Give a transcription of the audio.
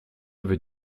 veut